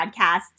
podcasts